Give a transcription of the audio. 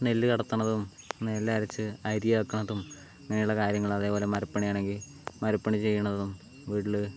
നെല്ല് കടത്തണതും നെല്ലരച്ച് അരി ആക്കണതും ഇങ്ങനെയുള്ള കാര്യങ്ങൾ അതേപോലെ മരപ്പണിയാണെങ്കിൽ മരപ്പണി ചെയ്യണതും വീട്ടിൽ